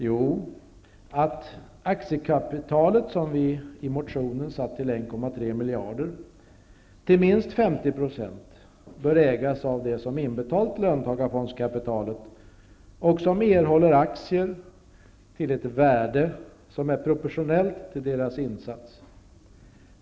Jo, att aktiekapitalet, som vi i motionen satt till 1,3 miljarder, till minst 50 % bör ägas av dem som inbetalt löntagarfondskapitalet och som erhåller aktier till ett värde som är proportionellt mot deras insats.